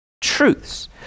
truths